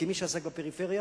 כמי שעסק בפריפריה,